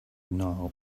nile